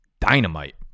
dynamite